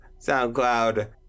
SoundCloud